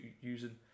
using